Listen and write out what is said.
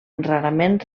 rarament